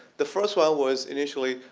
the first one was initially,